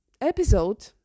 episode